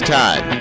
time